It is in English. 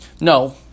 no